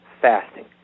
fasting